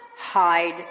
hide